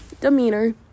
demeanor